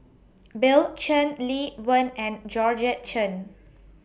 Bill Chen Lee Wen and Georgette Chen